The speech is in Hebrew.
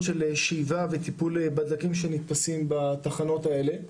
של שאיבה וטיפול של הדלקים שנתפסים בתחנות האלה,